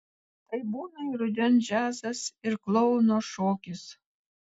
tai būna ir rudens džiazas ir klouno šokis